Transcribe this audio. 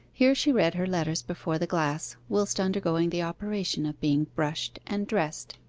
here she read her letters before the glass, whilst undergoing the operation of being brushed and dressed.